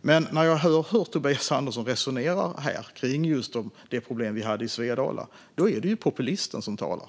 När Tobias Andersson resonerar här om det problem som vi hade i Svedala är det populisten som talar.